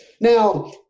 Now